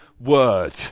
word